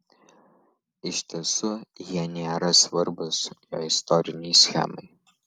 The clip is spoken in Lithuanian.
iš tiesų jie nėra svarbūs jo istorinei schemai